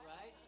Right